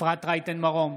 אפרת רייטן מרום,